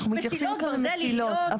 אנחנו מתייחסים למסילות.